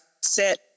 sit